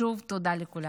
שוב תודה לכולם.